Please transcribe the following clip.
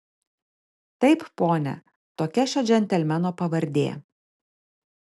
taip pone tokia šio džentelmeno pavardė